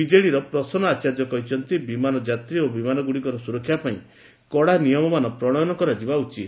ବିଜେଡ଼ିର ପ୍ରସନ୍ନ ଆଚାର୍ଯ୍ୟ କହିଛନ୍ତି ବିମାନ ଯାତ୍ରୀ ଓ ବିମାନଗୁଡ଼ିକର ସ୍ୱରକ୍ଷା ପାଇଁ କଡ଼ା ନିୟମମାନ ପ୍ରଣୟନ କରାଯିବା ଉଚିତ